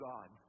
God